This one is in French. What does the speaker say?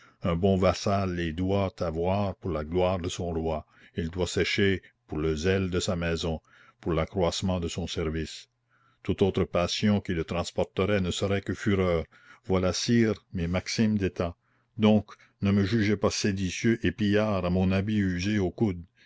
un bon vassal les doit avoir pour la gloire de son roi il doit sécher pour le zèle de sa maison pour l'accroissement de son service toute autre passion qui le transporterait ne serait que fureur voilà sire mes maximes d'état donc ne me jugez pas séditieux et pillard à mon habit usé aux coudes